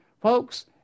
Folks